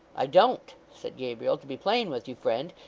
i don't said gabriel to be plain with you, friend,